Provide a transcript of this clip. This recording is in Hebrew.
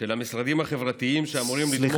של המשרדים החברתיים שאמורים לתמוך,